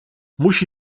musi